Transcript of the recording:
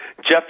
Jeff